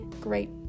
great